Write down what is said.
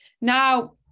now